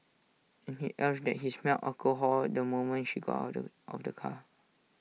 and he alleged that he smelled alcohol the moment she got out of of the car